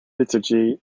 liturgy